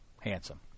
Handsome